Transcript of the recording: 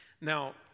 Now